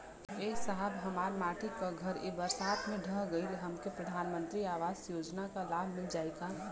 ए साहब हमार माटी क घर ए बरसात मे ढह गईल हमके प्रधानमंत्री आवास योजना क लाभ मिल जाई का?